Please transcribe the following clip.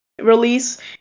release